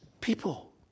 people